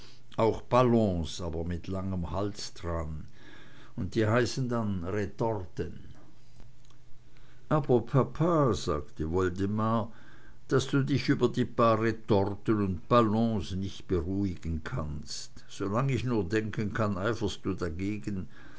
auch ballons aber mit langem hals dran und die heißen dann retorten aber papa sagte woldemar daß du dich über die paar retorten und ballons nie beruhigen kannst solang ich nur denken kann eiferst du dagegen